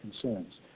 concerns